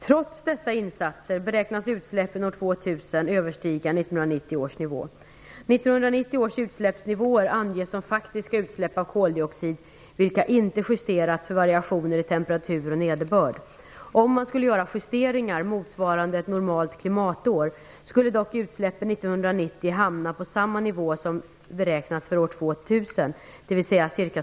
Trots dessa insatser beräknas utsläppen år 2000 överstiga 1990 års nivå. 1990 års utsläppsnivåer anges som faktiska utsläpp av koldioxid vilka inte justerats för variationer i temperatur och nederbörd. Om man skulle göra justeringar motsvarande ett normalt klimatår, skulle dock utsläppen 1990 hamna på samma nivå som beräknats för år 2000, dvs.